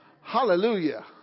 Hallelujah